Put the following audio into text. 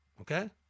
Okay